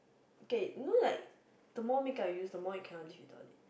okay you know like the more makeup you use the more you cannot live without it